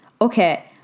okay